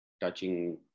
touching